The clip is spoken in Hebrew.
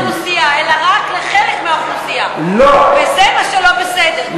וזה מה שלא בסדר.